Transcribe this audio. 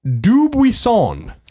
dubuisson